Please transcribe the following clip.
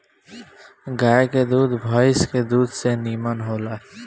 गाय के दूध भइस के दूध से निमन होला